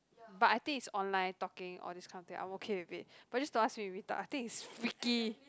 but I think is online talking all these kind of thing I'm okay with it but just don't ask me to meet up I think is freaky